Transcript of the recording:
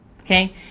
Okay